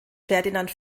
ferdinand